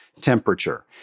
temperature